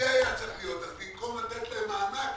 במקום לתת להם מענק